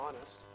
honest